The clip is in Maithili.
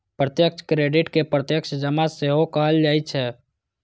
प्रत्यक्ष क्रेडिट कें प्रत्यक्ष जमा सेहो कहल जाइ छै